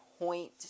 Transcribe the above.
point